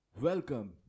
welcome